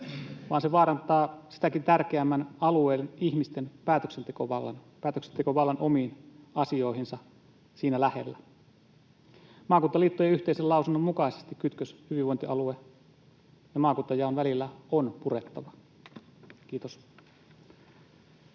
vaan se vaarantaa sitäkin tärkeämmän alueen: ihmisten päätöksentekovallan, päätöksentekovallan omiin asioihinsa siinä lähellä. Maakuntaliittojen yhteisen lausunnon mukaisesti kytkös hyvinvointialue- ja maakuntajaon välillä on purettava. — Kiitos.